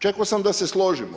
Čekao sam da se složimo.